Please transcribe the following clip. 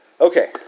Okay